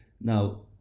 Now